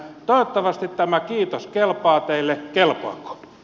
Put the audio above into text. toivottavasti tämä kiitos kelpaa teille